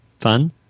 fun